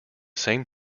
same